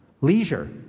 leisure